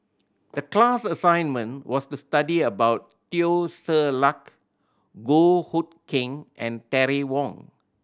the class assignment was to study about Teo Ser Luck Goh Hood Keng and Terry Wong